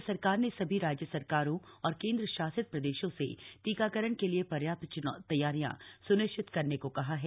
केंद्र सरकार ने सभी राज्य सरकारों और केंद्र शासित प्रदेशों से टीकाकरण के लिए पर्याप्त तैयारियां सुनिश्चित करने को कहा है